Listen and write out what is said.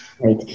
Right